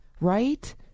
Right